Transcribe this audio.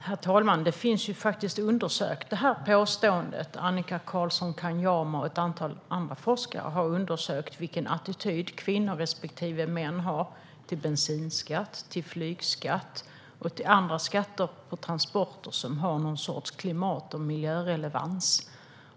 Herr talman! Det här påståendet har faktiskt undersökts. Annika Carlsson-Kanyama och ett antal andra forskare har undersökt vilken attityd kvinnor respektive män har till bensinskatt, till flygskatt och till andra skatter på transporter som har någon sorts klimat och miljörelevans.